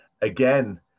again